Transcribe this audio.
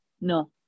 No